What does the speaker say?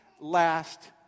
last